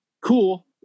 cool